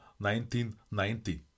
1990